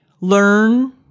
learn